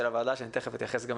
שאני תיכף אתייחס גם אליהם